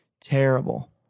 terrible